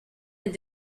and